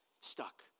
stuck